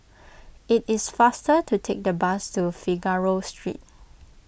it is faster to take the bus to Figaro Street